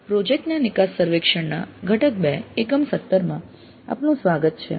projects ના નિકાસ સર્વેક્ષણના ઘટક 2 એકમ 17 માં આપનું સ્વાગત છે